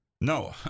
No